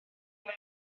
mewn